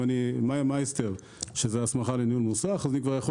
אם יש לי הסמכה לניהול מוסך אני כבר יכול